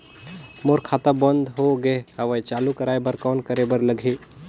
मोर खाता बंद हो गे हवय चालू कराय बर कौन करे बर लगही?